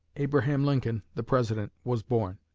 abraham lincoln the president was born.